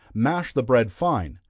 mash the bread fine,